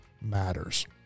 matters